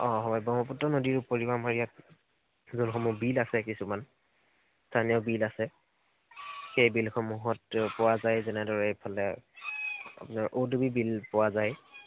অঁ হয় ব্ৰহ্মপুত্ৰ নদীৰ উপৰিও আমাৰ ইয়াত কিছুমান বিল আছে কিছুমান স্থানীয় বিল আছে সেই বিলসমূহত পোৱা যায় যেনেদৰে আপোনাৰ এইফালে ঔডুবি বিল পোৱা যায়